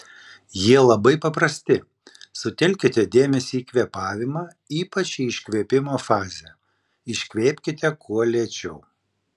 jie labai paprasti sutelkite dėmesį į kvėpavimą ypač į iškvėpimo fazę iškvėpkite kuo lėčiau